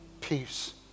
peace